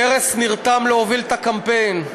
פרס נרתם להוביל את הקמפיין.